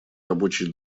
рабочий